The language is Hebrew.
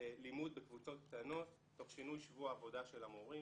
לימוד בקבוצות קטנות תוך שינוי שבוע העבודה של המורים.